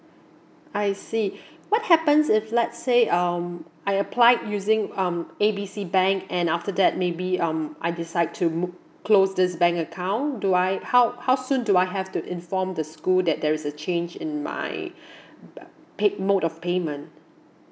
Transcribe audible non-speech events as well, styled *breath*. I see *breath* what happens if let's say um I applied using um A B C bank and after that maybe um I decide to mo~ close this bank account do I how how soon do I have to inform the school that there is a change in my *breath* paid mode of payment